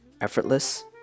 effortless